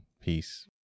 Peace